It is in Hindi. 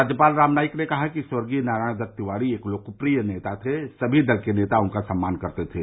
राज्यपाल राम नाईक ने कहा कि स्वर्गीय नारायण दत्त तिवारी एक लोकप्रिय नेता थे सभी दल के नेता उनका सम्मान करते थे